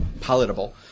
palatable